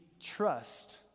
trust